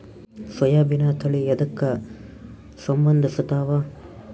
ಸೋಯಾಬಿನ ತಳಿ ಎದಕ ಸಂಭಂದಸತ್ತಾವ?